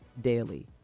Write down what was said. daily